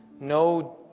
no